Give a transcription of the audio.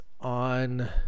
on